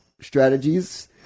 strategies